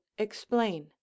explain